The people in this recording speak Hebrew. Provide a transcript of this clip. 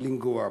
לנגוע בו.